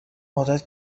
عادت